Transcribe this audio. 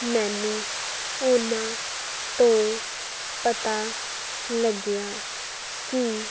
ਮੈਨੂੰ ਉਹਨਾਂ ਤੋਂ ਪਤਾ ਲੱਗਿਆ ਕਿ